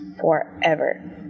forever